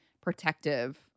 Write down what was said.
protective